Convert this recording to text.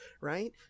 right